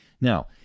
Now